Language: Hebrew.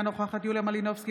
אינה נוכחת יוליה מלינובסקי,